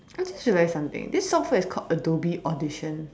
I just realized something this software is called Adobe audition